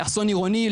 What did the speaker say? לאסון עירוני,